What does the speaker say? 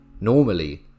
Normally